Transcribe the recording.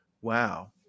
Wow